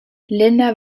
lena